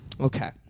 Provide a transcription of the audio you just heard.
Okay